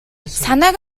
санааг